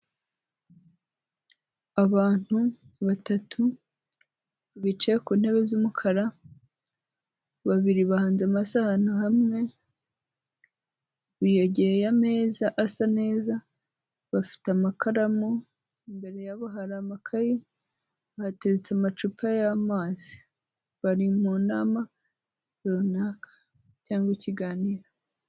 Abantu batatu bicaye ku ntebe z'umukara, babiri bahanze amaso ahantu hamwe, bigereye ameza asa neza, bafite amakaramu, imbere yabo hari amakayi, hateretse amacupa y'amazi, bari mu nama runaka cyangwa ikiganiro.